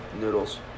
Noodles